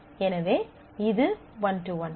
எனவே இது one to one